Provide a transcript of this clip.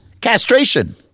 Castration